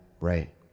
right